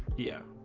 yeah